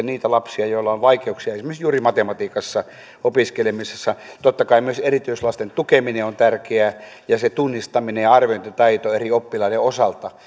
niitä lapsia joilla on vaikeuksia esimerkiksi juuri matematiikassa opiskelemisessa totta kai myös erityislasten tukeminen on tärkeää ja se tunnistaminen ja arviointitaito eri oppilaiden osalta